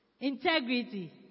integrity